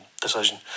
decision